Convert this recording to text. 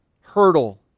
hurdle